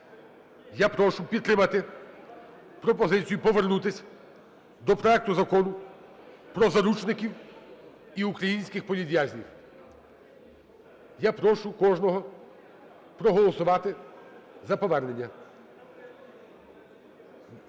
Я прошу підтримати пропозицію повернутись до проекту Закону про заручників і українських політв'язнів. Я прошу кожного проголосувати за повернення.